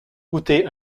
goûter